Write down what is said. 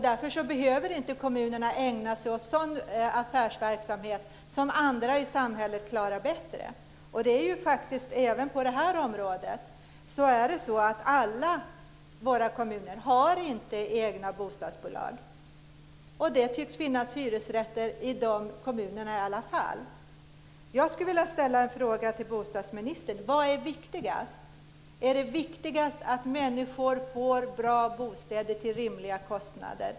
Därför behöver kommunerna inte ägna sig åt sådan affärsverksamhet som andra i samhället klarar bättre. Alla kommuner har inte egna bostadsbolag. Det tycks finnas hyresrätter i de kommunerna i alla fall. Jag skulle vilja ställa en fråga till bostadsministern. Vad är viktigast? Är det viktigast att människor får bra bostäder till rimliga kostnader?